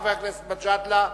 חבר הכנסת מג'אדלה,